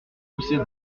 pousser